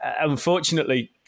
Unfortunately